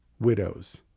Widows